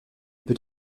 peut